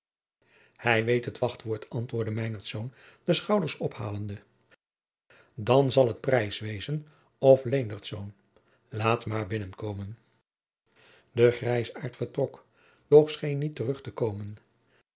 hij weet het wachtwoord antwoordde meinertz de schouders ophalende dan zal het preys wezen of leendertz laat maar binnenkomen de grijzaart vertrok doch scheen niet terug te komen